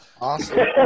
Awesome